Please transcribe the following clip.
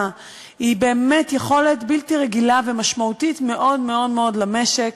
היא באמת יכולת בלתי רגילה ומשמעותית מאוד מאוד מאוד למשק.